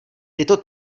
tyto